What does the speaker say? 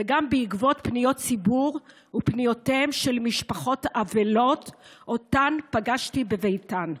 וגם בעקבות פניות ציבור ופניותיהם של משפחות אבלות שאותן פגשתי בביתן.